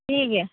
ᱴᱷᱤᱠ ᱜᱮᱭᱟ